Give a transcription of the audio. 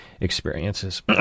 experiences